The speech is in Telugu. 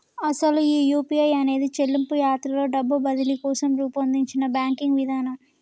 అసలు ఈ యూ.పీ.ఐ అనేది చెల్లింపు యాత్రలో డబ్బు బదిలీ కోసం రూపొందించిన బ్యాంకింగ్ విధానం